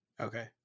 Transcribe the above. okay